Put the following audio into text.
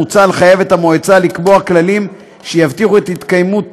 מוצע לחייב את המועצה לקבוע כללים שיבטיחו את התקיימות